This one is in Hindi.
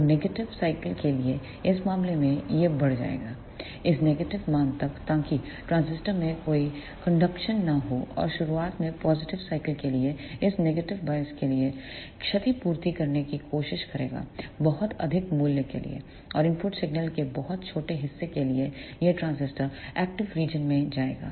तो नेगेटिव साइकिल के लिए इस मामले में यह बढ़ जाएगा इस नेगेटिव मान तक ताकि ट्रांजिस्टर में कोई कंडक्शन न हो और शुरुआत में पॉजिटिव साइकिल के लिए यह इस नेगेटिव बायस के लिए क्षतिपूर्ति करने की कोशिश करेगा बहुत अधिक मूल्य के लिए और इनपुट सिग्नल के बहुत छोटे हिस्से के लिए यह ट्रांजिस्टर एक्टिव रीजन में जाएगा